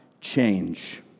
change